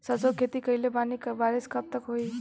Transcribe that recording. सरसों के खेती कईले बानी बारिश कब तक होई?